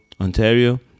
Ontario